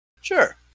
Sure